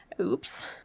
Oops